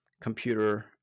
computer